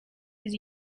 his